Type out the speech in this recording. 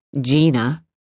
Gina